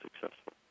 successful